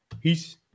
Peace